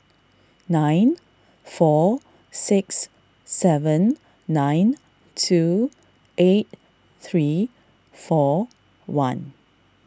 nine four six seven nine two eight three four one